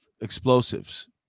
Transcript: explosives